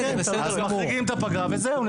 מחריגים את הפגרה, וזהו.